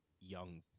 young